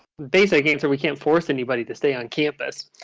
basic answer we can't force anybody to stay on campus.